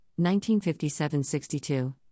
1957-62